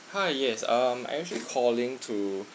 hi yes um I'm actually calling to